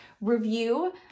review